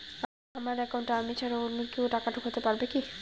আমার একাউন্টে আমি ছাড়া অন্য কেউ টাকা ঢোকাতে পারবে কি?